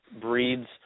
breeds –